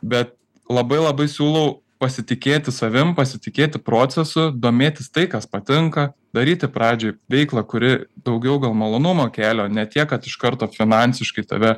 bet labai labai siūlau pasitikėti savim pasitikėti procesu domėtis tai kas patinka daryti pradžioj veiklą kuri daugiau gal malonumo kelia o ne tiek kad iš karto finansiškai tave